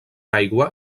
aigua